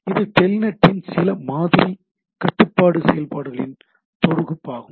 இது டெல்நெட்டின் சில மாதிரி கட்டுப்பாட்டு செயல்பாடுகளின் தொகுப்பாகும்